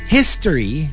History